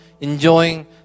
enjoying